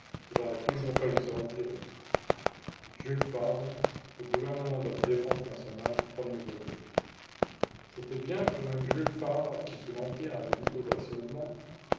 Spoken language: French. il aurait toujours fallu se retirer jules favre le gouvernement de la défense nationale premier volume c'était bien le même jules favre qui sous l'empire avait dit